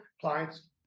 Clients